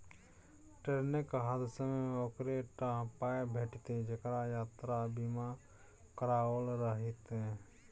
ट्रेनक हादसामे ओकरे टा पाय भेटितै जेकरा यात्रा बीमा कराओल रहितै